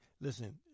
Listen